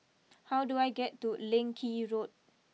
how do I get to Leng Kee Road